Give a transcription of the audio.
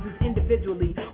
individually